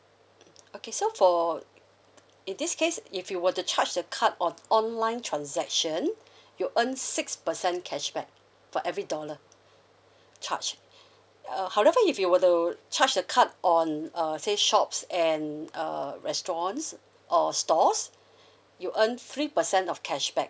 okay so for in this case if you were to charge the card on online transaction you earn six percent cashback for every dollar charge err however if you were to charge the card on err say shops and uh restaurants or stores you earn three percent of cashback